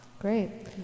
Great